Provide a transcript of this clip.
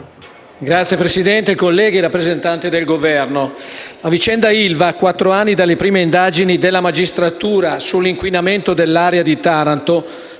Signor Presidente, colleghi, rappresentanti del Governo, la vicenda ILVA, a quattro anni dalle prime indagini dalla magistratura sull'inquinamento dell'area di Taranto,